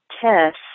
test